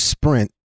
sprint